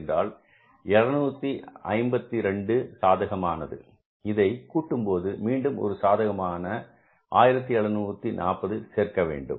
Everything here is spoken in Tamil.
என்றால் 752 சாதகமானது இதை கூட்டும்போது மீண்டும் ஒரு சாதகமான 1740 சேர்க்க வேண்டும்